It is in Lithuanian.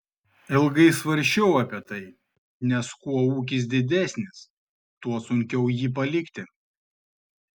ilgai svarsčiau apie tai nes kuo ūkis didesnis tuo sunkiau jį palikti